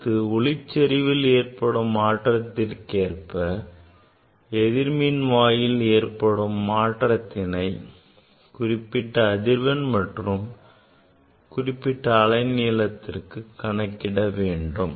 அடுத்து ஒளிச்செறிவில் ஏற்படும் மாற்றத்திற்கு ஏற்ப எதிர்மின்வாயில் ஏற்படும் மாற்றத்தினை குறிப்பிட்ட அதிர்வெண் அல்லது குறிப்பிட்ட அலைநீளத்திற்கு கணக்கிட வேண்டும்